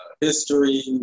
history